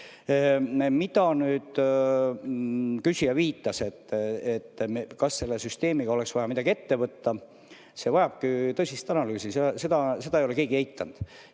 Millele nüüd küsija viitas, et kas selle süsteemiga oleks vaja midagi ette võtta – see vajabki tõsist analüüsi, seda ei ole keegi eitanud.